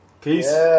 Peace